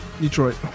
Detroit